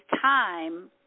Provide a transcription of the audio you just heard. time